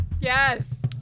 Yes